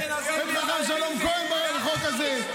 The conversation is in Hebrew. ואת הרב שלום כהן בחוק הזה.